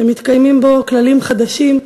שמתקיימים בו כללים חדשים,